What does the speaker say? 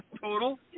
total